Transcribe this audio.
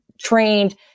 trained